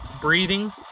Breathing